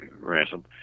Ransom